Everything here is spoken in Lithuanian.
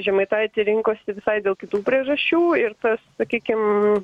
žemaitaitį rinkosi visai dėl kitų priežasčių ir tas sakykim